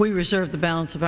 we reserve the balance of